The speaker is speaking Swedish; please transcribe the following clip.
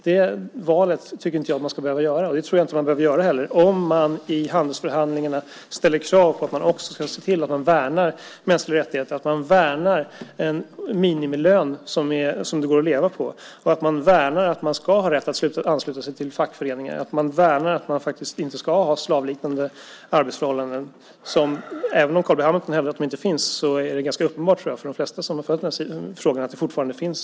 Det tror jag inte att man behöver göra om man i handelsförhandlingarna ställer krav på att värna mänskliga rättigheter, en minimilön som det går att leva på, rätten att ansluta sig till en fackförening och att det inte blir slavliknande arbetsförhållanden. Även om Carl B Hamilton hävdar att dessa arbetsförhållanden inte finns är det uppenbart för de flesta som har följt frågan att de fortfarande finns.